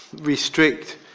restrict